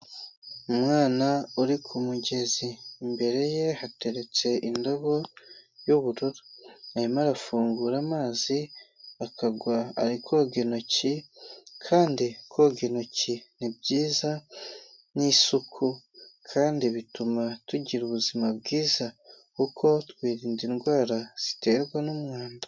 Umwana uri ku mugezi, imbere ye hateretse indobo y'ubururu arimo arafungura amazi akagwa ari koga intoki kandi koga intoki ni byiza, ni isuku kandi bituma tugira ubuzima bwiza kuko twirinda indwara ziterwa n'umwanda.